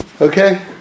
Okay